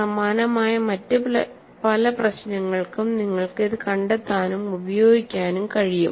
സമാനമായ മറ്റ് പല പ്രശ്നങ്ങൾക്കും നിങ്ങൾക്ക് ഇത് കണ്ടെത്താനും ഉപയോഗിക്കാനും കഴിയും